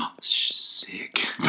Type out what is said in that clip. Sick